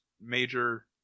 major